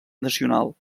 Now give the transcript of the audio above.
nacional